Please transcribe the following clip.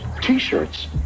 T-shirts